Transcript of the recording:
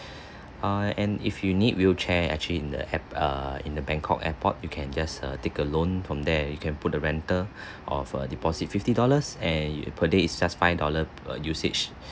uh and if you need wheelchair actually in the air~ err in the bangkok airport you can just uh take a loan from there you can put a rental of a deposit fifty dollars and per day it's just five dollar per usage